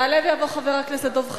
יעלה ויבוא חבר הכנסת דב חנין,